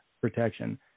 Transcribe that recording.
protection